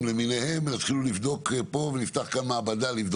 למיניהם יתחילו לבקש לבדוק פה ולבדוק שם.